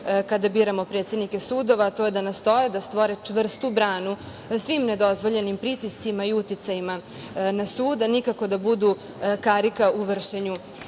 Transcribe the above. kada biramo predsednike sudova, a to je da nastoje da stvore čvrstu branu svim nedozvoljenim pritiscima i uticajima na sud, a nikako da budu karika u vršenju